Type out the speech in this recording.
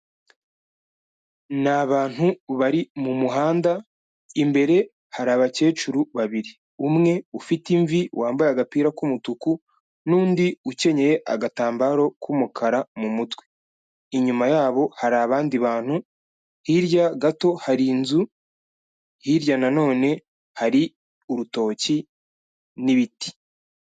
Ni abantu bari mu muhanda, imbere hari abakecuru babiri, umwe ufite imvi wambaye agapira k'umutuku n'undi ukenyeye agatambaro k'umukara mu mutwe. Inyuma yabo hari abandi bantu, hirya gato hari inzu, hirya na none hari urutoki n'ibiti.